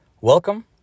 Welcome